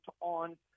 on